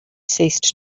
ceased